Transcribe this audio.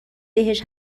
بهش